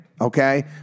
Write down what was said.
okay